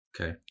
Okay